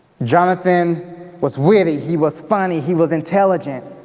jonathan was witty, he was funny, he was intelligent.